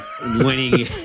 winning